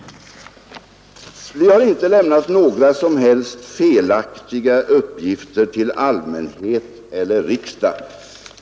Vi har inte lämnat några som helst felaktiga uppgifter till allmänhet eller riksdag.